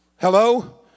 Hello